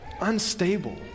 unstable